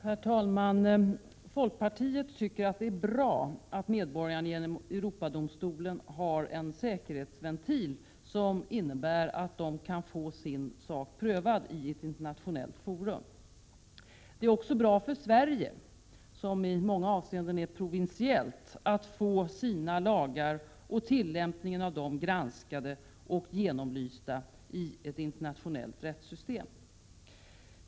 Herr talman! Folkpartiet tycker att det är bra att medborgarna genom Europadomstolen har en säkerhetsventil som innebär att de kan få sin sak prövad i ett internationellt forum. Det är också bra för Sverige, som i många avseenden är provinsiellt, att få sina lagar och tillämpningen av dem granskade och genomlysta i ett internationellt rättssystem.